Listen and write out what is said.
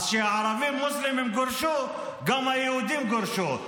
אז כשהערבים המוסלמים גורשו, גם היהודים גורשו.